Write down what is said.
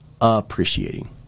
appreciating